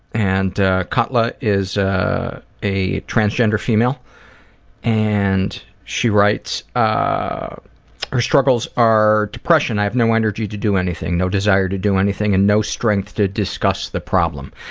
and ah cutla is transgender female and she writes. ah her struggles are depression, i have no energy to do anything, no desire to do anything and no strength to discuss the problem.